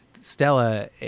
Stella